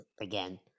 again